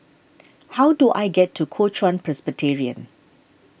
how do I get to Kuo Chuan Presbyterian